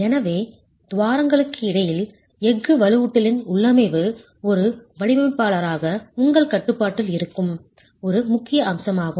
எனவே துவாரங்களுக்குள் எஃகு வலுவூட்டலின் உள்ளமைவு ஒரு வடிவமைப்பாளராக உங்கள் கட்டுப்பாட்டில் இருக்கும் ஒரு முக்கிய அம்சமாகும்